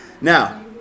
now